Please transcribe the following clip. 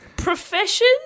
Profession